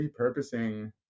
repurposing